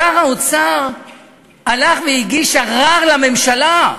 שר האוצר הלך והגיש ערר לממשלה,